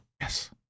Yes